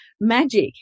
magic